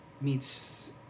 meets